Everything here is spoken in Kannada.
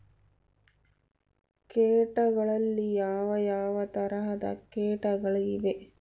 ಕೇಟಗಳಲ್ಲಿ ಯಾವ ಯಾವ ತರಹದ ಕೇಟಗಳು ಇವೆ?